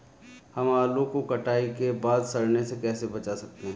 हम आलू को कटाई के बाद सड़ने से कैसे बचा सकते हैं?